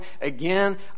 Again